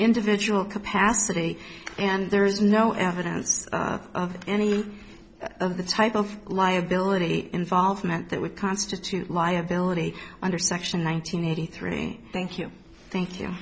individual capacity and there's no evidence of any of the type of liability involvement that would constitute liability under section one nine hundred eighty three thank you thank you